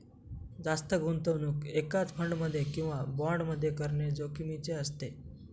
जास्त गुंतवणूक एकाच फंड मध्ये किंवा बॉण्ड मध्ये करणे जोखिमीचे असते